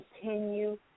continue